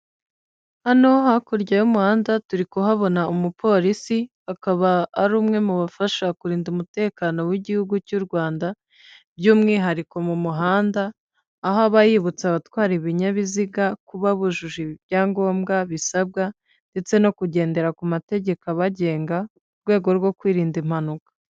Hano hakurya y'umuhanda turi kuhabona umupolisi, akaba ari umwe mu bafasha kurinda umutekano w'igihugu cy'u Rwanda, by'umwihariko mu muhanda aho aba yibutsa abatwara ibinyabiziga kuba bujuje ibyangombwa bisabwa ndetse no kugendera ku mategeko abagenga, mu rwego rwo kwirinda impanuka.